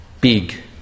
big